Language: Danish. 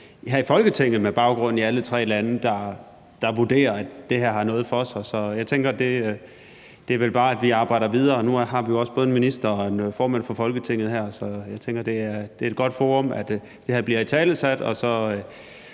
her i Folketinget med baggrund i alle tre lande, der vurderer, at det her har noget for sig. Så jeg tænker, at det vel bare er, at vi arbejder videre. Nu har vi jo også både en minister og en formand for Folketinget her, så jeg tænker, det er et godt forum til, at det her bliver italesat,